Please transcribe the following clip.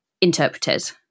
interpreters